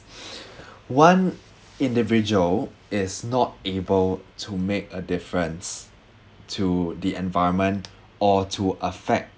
one individual is not able to make a difference to the environment or to affect